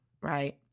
Right